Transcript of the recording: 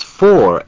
four